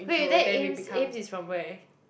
wait then Ames Ames is from where